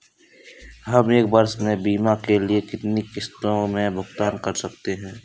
हम एक वर्ष में बीमा के लिए कितनी किश्तों में भुगतान कर सकते हैं?